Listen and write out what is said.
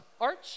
Arch